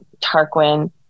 Tarquin